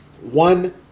one